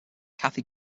kathy